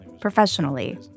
professionally